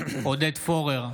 עודד פורר,